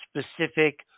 specific